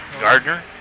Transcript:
Gardner